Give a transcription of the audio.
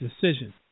decision